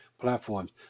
Platforms